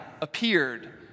appeared